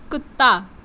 ਕੁੱਤਾ